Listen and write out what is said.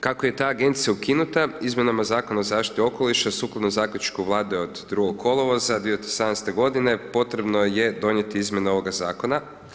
Kako je ta Agencija ukinuta, izmjenama Zakona o zaštiti okoliša sukladno zaključku Vlada od 2. kolovoza 2018.-te godine potrebno je donijeti izmjene ovoga Zakona.